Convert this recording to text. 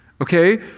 Okay